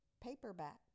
Paperback